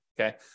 okay